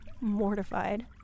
mortified